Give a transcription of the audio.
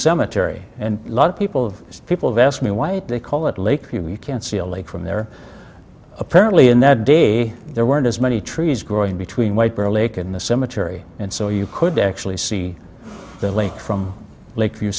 cemetery and lot of people of people have asked me why they call it a lake you can't see a lake from there apparently in that day there weren't as many trees growing between white bear lake and the cemetery and so you could actually see the lake from lake view